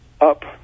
up